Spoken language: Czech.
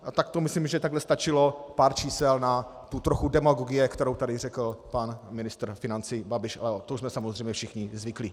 A takto myslím, že stačilo pár čísel na tu trochu demagogie, kterou tady řekl pan ministr financí Babiš, ale na to už jsme samozřejmě všichni zvyklí.